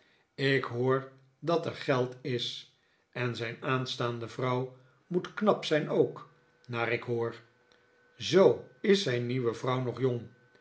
ik hoor dat er geld is en zijn aanstaande vrouw moet knap zijn ook naar ik hoor zoo is zijn nieuwe vrouw nog jong